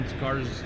cars